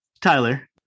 Tyler